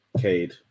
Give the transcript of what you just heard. Cade